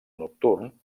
nocturn